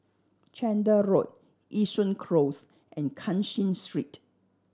Chander Road Yishun Close and Cashin Street